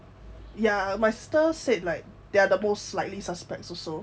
ya my sister said like they're are the most likely suspects also